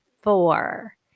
four